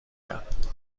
کرد